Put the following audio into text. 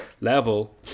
level